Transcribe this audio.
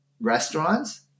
restaurants